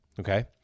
Okay